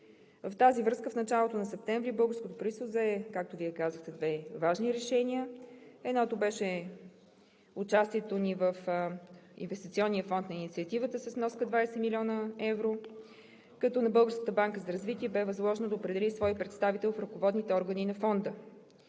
В тази връзка в началото на септември българското правителство взе, както Вие казахте, две важни решения. Едното беше участието ни в Инвестиционния фонд на инициативата с вноска 20 млн. евро, като на Българската банка за развитие бе възложено да определи свой представител в ръководните органи на фонда.